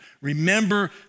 Remember